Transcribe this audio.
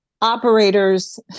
operators